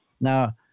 Now